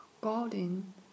Gordon